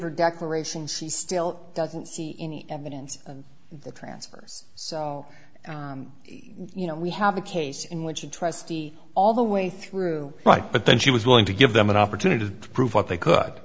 her declaration she still doesn't see any evidence of the transfers so you know we have a case in which a trustee all the way through right but then she was willing to give them an opportunity to prove what they could